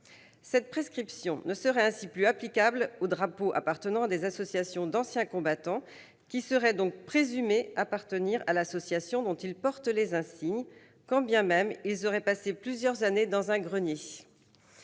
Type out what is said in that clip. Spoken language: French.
Cette prescription ne serait ainsi plus applicable aux drapeaux appartenant à des associations d'anciens combattants, qui seraient présumés être la propriété de l'association dont ils portent les insignes, quand bien même ils auraient passé plusieurs années dans un grenier.